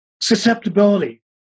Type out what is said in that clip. susceptibility